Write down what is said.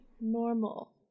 normal